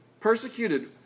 persecuted